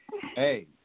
Hey